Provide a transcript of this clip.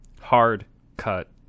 hard-cut